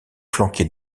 flanquée